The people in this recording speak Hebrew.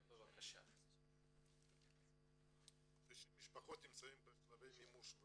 90 משפחות נמצאות בשלבי מימוש,